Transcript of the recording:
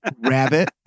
Rabbit